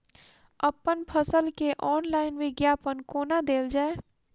अप्पन फसल केँ ऑनलाइन विज्ञापन कोना देल जाए?